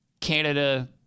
Canada